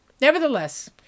Nevertheless